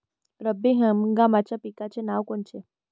रब्बी हंगामाच्या पिकाचे नावं कोनचे?